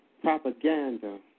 propaganda